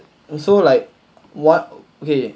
so like what okay